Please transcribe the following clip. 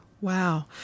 Wow